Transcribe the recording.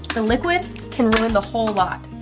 the liquid can ruin the whole lot.